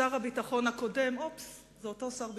שר הביטחון הקודם, אופס, זה אותו שר הביטחון,